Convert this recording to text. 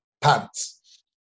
Pants